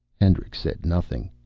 hendricks said nothing.